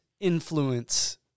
influence